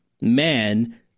man